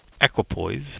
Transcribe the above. equipoise